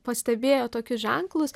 pastebėjo tokius ženklus